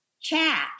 chat